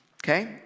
Okay